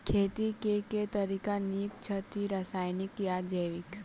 खेती केँ के तरीका नीक छथि, रासायनिक या जैविक?